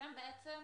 אתם בעצם